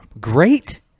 Great